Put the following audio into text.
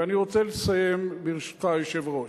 ואני רוצה לסיים, ברשותך, היושב-ראש: